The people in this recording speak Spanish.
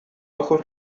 ojos